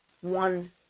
one